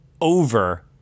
over